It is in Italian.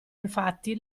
infatti